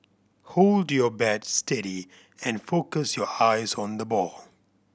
hold your bat steady and focus your eyes on the ball